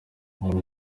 hari